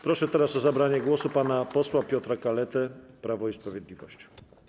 Proszę teraz o zabranie głosu pana posła Piotra Kaletę, Prawo i Sprawiedliwość.